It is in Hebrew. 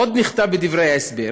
עוד נכתב בדברי ההסבר,